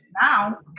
Now